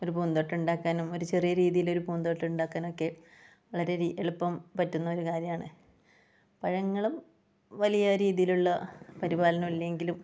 ഒരു പൂന്തോട്ടം ഉണ്ടാക്കാനും ഒരു ചെറിയ രീതിയിൽ ഒരു പൂന്തോട്ടം ഉണ്ടാക്കാനും ഒക്കെ വളരെ ഒരു എളുപ്പം പറ്റുന്ന ഒരു കാര്യമാണ് പഴങ്ങളും വലിയ രീതിയിലുള്ള പരിപാലനം ഇല്ലെങ്കിലും